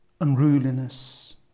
unruliness